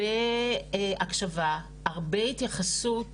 הרבה התייחסות